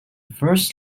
first